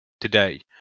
today